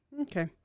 Okay